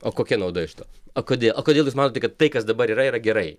o kokia nauda iš to o kodė o kodėl jūs manote kad tai kas dabar yra yra gerai